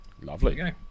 lovely